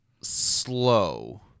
slow